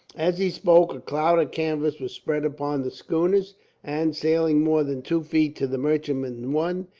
as he spoke, a cloud of canvas was spread upon the schooners and, sailing more than two feet to the merchantman's one,